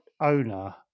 owner